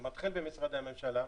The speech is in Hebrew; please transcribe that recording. זה מתחיל במשרדי הממשלה,